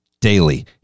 daily